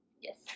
Yes